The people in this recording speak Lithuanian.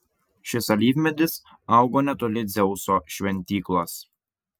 šis alyvmedis augo netoli dzeuso šventyklos